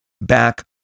back